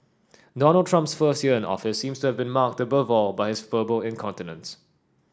Donald Trump's first year in office seems to been marked above all by his verbal incontinence